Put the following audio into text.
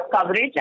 coverage